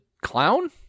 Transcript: clown